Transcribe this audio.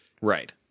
Right